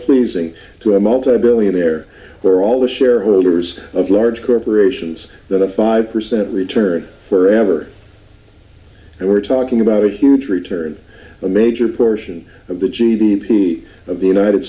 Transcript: pleasing to a multimillionaire where all the shareholders of large corporations that a five percent return for ever and we're talking about a huge return a major portion of the g d p of the united